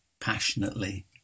passionately